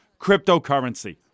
Cryptocurrency